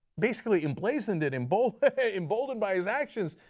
basically emblazoned it, emboldened emboldened by his actions,